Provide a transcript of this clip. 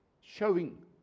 Showing